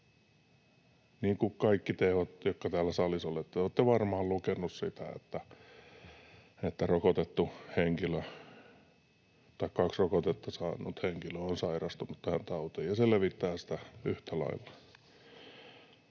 levittäjiä. Kaikki te, jotka täällä olette, olette varmaan lukeneet siitä, että rokotettu henkilö tai kaksi rokotetta saanut henkilö on sairastunut tähän tautiin ja levittää sitä yhtä lailla.